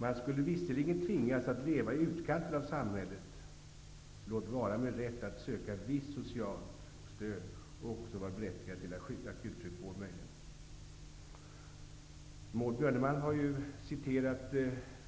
De skulle visserligen tvingas att leva i utkanten av samhället, låt vara att de skulle ha rätt att söka visst socialt stöd och att de också skulle vara berättigade till akutsjukvård. Maud Björnemalm har citerat